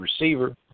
receiver